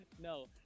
No